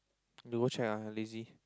you go check lah I lazy